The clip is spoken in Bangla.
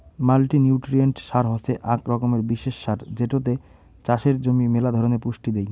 মাল্টিনিউট্রিয়েন্ট সার হসে আক রকমের বিশেষ সার যেটোতে চাষের জমি মেলা ধরণের পুষ্টি দেই